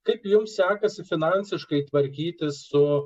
kaip jums sekasi finansiškai tvarkytis su